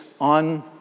on